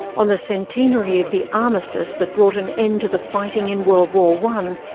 on the centenary of the armistice that brought an end to the fighting in world war one,